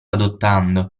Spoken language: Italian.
adottando